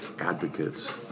Advocates